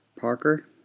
Parker